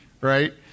right